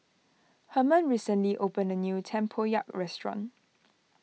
Herman recently opened a new Tempoyak restaurant